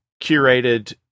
curated